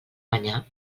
banyar